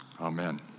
Amen